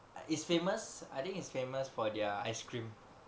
it's famous I think it's famous for their ice cream